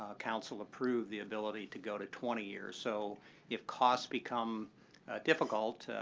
ah council approved the ability to go to twenty years. so if costs become difficult,